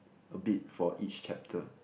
a bit for each chapter